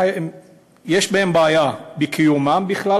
יש בהם בעיה בקיומם בכלל,